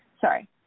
sorry